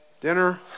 dinner